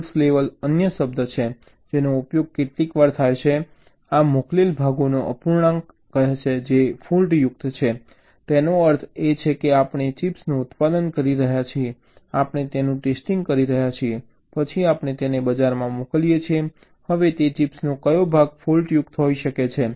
fault level અન્ય શબ્દ છે જેનો ઉપયોગ કેટલીકવાર થાય છે આ મોકલેલ ભાગોનો અપૂર્ણાંક કહે છે જે ફૉલ્ટયુક્ત છે તેનો અર્થ એ કે આપણે ચિપ્સનું ઉત્પાદન કરી રહ્યા છીએ આપણે તેનું ટેસ્ટિંગ કરી રહ્યા છીએ પછી આપણે તેને બજારમાં મોકલીએ છીએ હવે તે ચિપ્સનો કયો ભાગ ફૉલ્ટયુક્ત હોઈ શકે છે